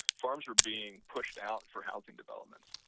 farms were being pushed out for housing developments,